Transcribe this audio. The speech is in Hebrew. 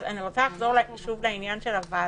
אני רוצה לחזור שוב לעניין של הוועדה.